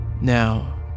Now